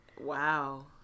Wow